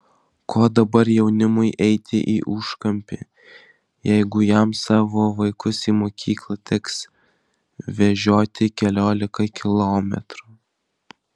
ko dabar jaunimui eiti į užkampį jeigu jam savo vaikus į mokyklą teks vežioti keliolika kilometrų